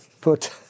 put